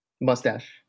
mustache